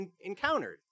encountered